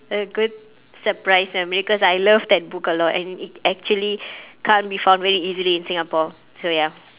a good surprise for me cause I loved that book a lot and it actually can't be found very easily in singapore so ya